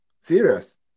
Serious